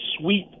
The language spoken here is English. sweep